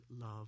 love